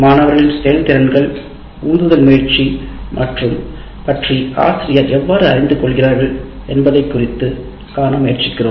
மாணவர்களின் செயல் திறன்கள் உந்துதல் முயற்சி பற்றி ஆசிரியர் எவ்வாறு அறிந்து கொள்கிறார்கள் என்பதைக் குறித்துக் காண்போம்